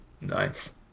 Nice